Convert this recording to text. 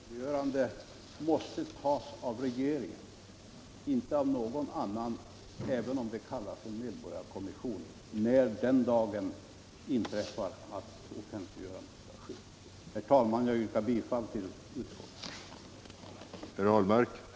Herr talman! Ansvaret för offentliggörande måste tas av regeringen —- inte av någon annan, även om det kallas för en medborgarkommission —- när den dagen inträffar att offentliggörande skall ske. Herr talman! Jag yrkar bifall till utskottets hemställan.